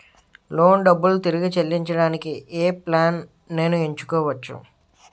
Loan డబ్బులు తిరిగి చెల్లించటానికి ఏ ప్లాన్ నేను ఎంచుకోవచ్చు?